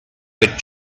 with